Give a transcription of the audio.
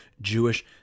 Jewish